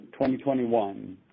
2021